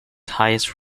highest